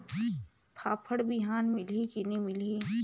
फाफण बिहान मिलही की नी मिलही?